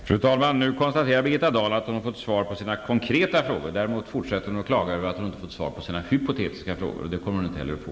Fru talman! Nu konstaterar Birgitta Dahl att hon har fått svar på sina konkreta frågor. Däremot fortsätter hon att klaga över att hon inte har fått svar på sina hypotetiska frågor, och det kommer hon inte heller att få.